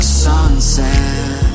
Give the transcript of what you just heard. sunset